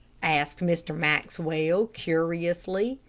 asked mr. maxwell, curiously.